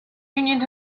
union